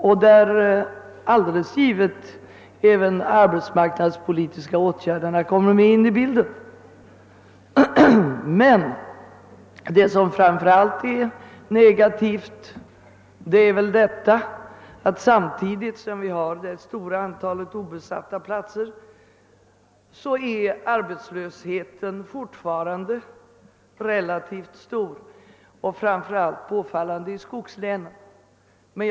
Det är alldeles självklart att även de arbetsmarknadspolitiska åtgärderna därvidlag kommer in i bilden. Men vad som framför allt är negativt är att trots det stora antalet obesatta platser är arbetslösheten fortfarande relativt stor; framför allt är detta påfallande i skogslänen.